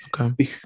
Okay